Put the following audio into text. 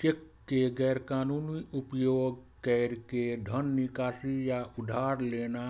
cheque के गैर कानूनी उपयोग कैर के धन निकासी या उधार लेना